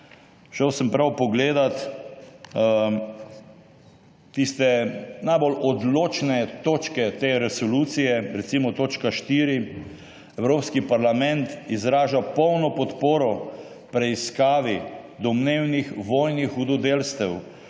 Šel sem prav pogledat tiste najbolj odločne točke te resolucije, recimo točka 4: »Evropski parlament izraža polno podporo preiskavi domnevnih vojnih hudodelstev,